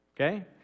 Okay